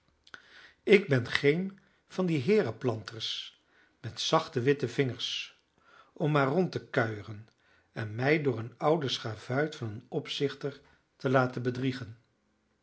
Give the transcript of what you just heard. ik ben geen van die heerenplanters met zachte witte vingers om maar rond te kuieren en mij door een ouden schavuit van een opzichter te laten bedriegen